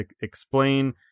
explain